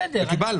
בסדר.